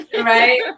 right